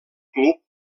club